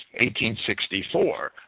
1864